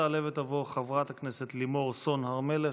תעלה ותבוא חברת הכנסת לימור סון הר מלך,